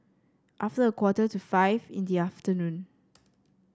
after a quarter to five in the afternoon